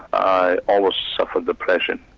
i always suffered depression,